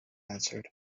answered